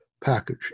package